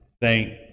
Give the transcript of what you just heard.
thank